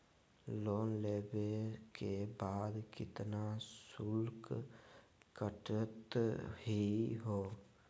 Loan लेवे के बाद केतना शुल्क कटतही हो?